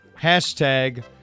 Hashtag